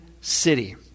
City